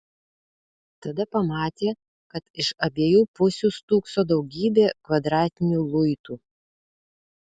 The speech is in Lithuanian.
tada pamatė kad iš abiejų pusių stūkso daugybė kvadratinių luitų